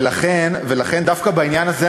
ולכן דווקא בעניין הזה,